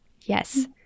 yes